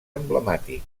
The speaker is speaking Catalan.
emblemàtic